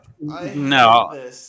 No